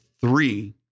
three